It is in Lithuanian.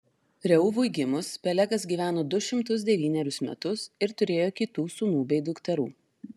reuvui gimus pelegas gyveno du šimtus devynerius metus ir turėjo kitų sūnų bei dukterų